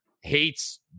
hates